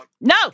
no